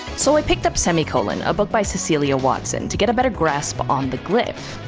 so i picked up semicolon, a book by cecelia watson, to get a better grasp on the glyph.